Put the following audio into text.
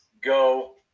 go